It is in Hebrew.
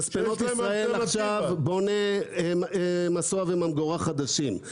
מספנות ישראל עכשיו בונה מסוע וממגורה חדשים,